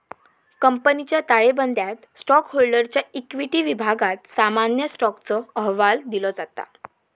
कंपनीच्या ताळेबंदयात स्टॉकहोल्डरच्या इक्विटी विभागात सामान्य स्टॉकचो अहवाल दिलो जाता